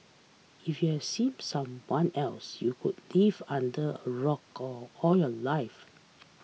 if you haven't seen some one else you could live under a rock all your life